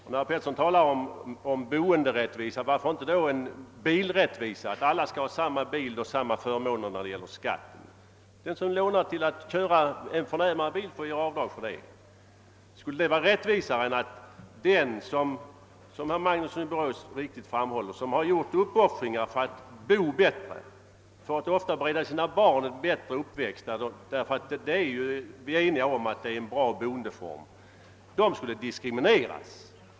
När herr Pettersson talar om boenderättvisa, varför inte då också nämna bilrättvisa, att alla skall ha samma bil och samma förmåner när det gäller skatten? Den som lånar till en förnämare bil får göra avdrag. Vore det rättvist, medan den som har gjort uppoffringar, som herr Magnusson i Borås riktigt framhåller, för att bo bättre, ofta för att bereda sina barn en bättre uppväxt — vi är eniga om att det gäller en bra boendeform — skulle diskrimineras?